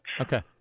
Okay